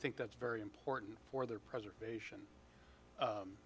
think that's very important for their preservation